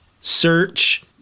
search